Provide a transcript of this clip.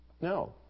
No